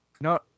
No